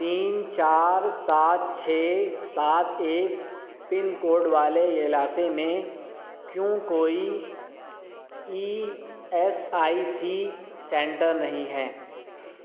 تین چار سات چھ سات ایک پن کوڈ والے علاقے میں کیوں کوئی E S I C centre نہیں ہے